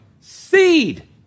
seed